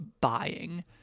buying